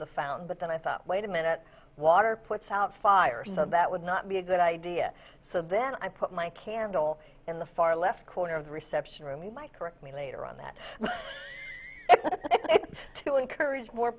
the found but then i thought wait a minute water puts out fire so that would not be a good idea so then i put my candle in the far left corner of the reception room i correct me later on that to encourage more